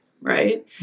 Right